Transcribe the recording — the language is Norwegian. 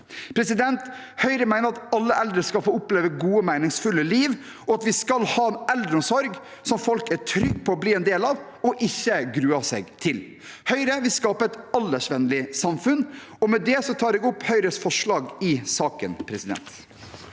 eldre. Høyre mener at alle eldre skal få oppleve et godt og meningsfullt liv, og at vi skal ha en eldreomsorg som folk er trygge på å bli en del av og ikke gruer seg til. Høyre vil skape et aldersvennlig samfunn. Med det tar jeg opp Høyres forslag i saken. Presidenten